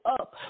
up